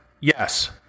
Yes